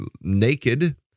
naked